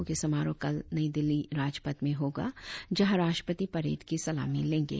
मुख्य समारोह कल नई दिल्ली राजपथ में होगा जहां राष्ट्रपति परेड की सलामी लेंगे